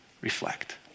reflect